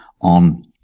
on